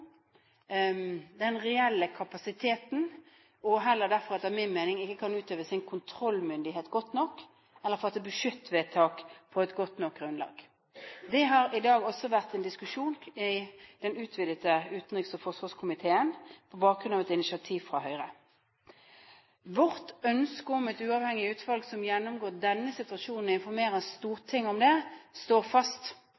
den reelle kapasiteten og derfor etter min mening heller ikke kan utøve sin kontrollmyndighet godt nok eller fatte budsjettvedtak på et godt nok grunnlag. Det har i dag også vært en diskusjon i den utvidede utenriks- og forsvarskomiteen på bakgrunn av et initiativ fra Høyre. Vårt ønske om et uavhengig utvalg som gjennomgår denne situasjonen og informerer